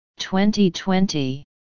2020